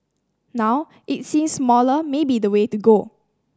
now it seems smaller may be the way to go